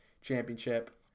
championship